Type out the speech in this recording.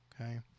okay